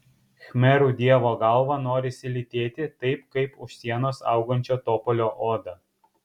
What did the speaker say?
khmerų dievo galvą norisi lytėti taip kaip už sienos augančio topolio odą